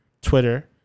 Twitter